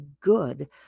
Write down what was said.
good